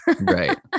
Right